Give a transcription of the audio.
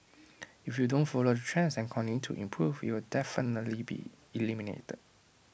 if you don't follow the trends and continue to improve you'll definitely be eliminated